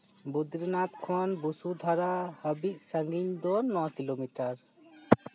ᱵᱚᱫᱨᱤᱱᱟᱛᱷ ᱠᱷᱚᱱ ᱵᱚᱥᱩᱫᱷᱟᱨᱟ ᱦᱟᱹᱵᱤᱡ ᱥᱟᱺᱜᱤᱧ ᱫᱚ ᱱᱚ ᱠᱤᱞᱳᱢᱤᱴᱟᱨ